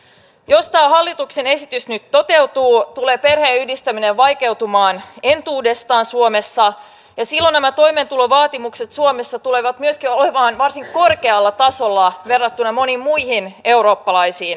jos tämä hallituksen esitys nyt toteutuu tulee perheenyhdistäminen vaikeutumaan entuudestaan suomessa ja silloin nämä toimeentulovaatimukset suomessa tulevat myöskin olemaan varsin korkealla tasolla verrattuna moniin muihin eurooppalaisiin maihin